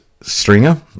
stringer